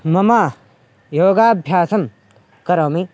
मम योगाभ्यासं करोमि